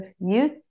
use